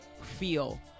feel